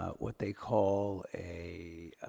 ah what they call a,